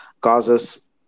causes